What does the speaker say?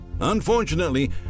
Unfortunately